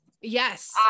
yes